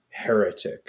heretic